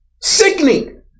sickening